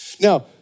Now